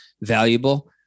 valuable